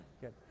Good